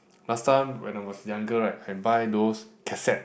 last time when I was younger right I buy those cassette